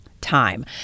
Time